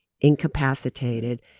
incapacitated